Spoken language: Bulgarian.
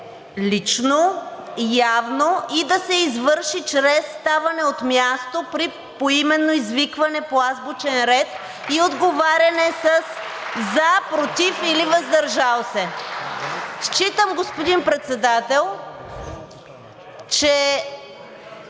лично, явно и да се извърши чрез ставане от място при поименно извикване по азбучен ред и отговаряне със за, против или въздържал се. (Ръкопляскания от